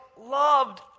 loved